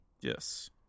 Yes